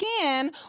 again